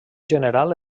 general